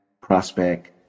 prospect